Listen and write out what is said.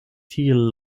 tiel